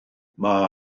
mae